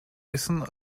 essen